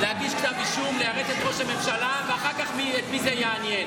נגמר לו הזמן.